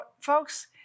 folks